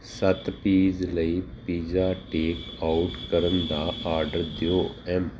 ਸੱਤ ਪੀਜ਼ ਲਈ pizza take out ਕਰਨ ਦਾ ਆਰਡਰ ਦਿਓ ਐਮ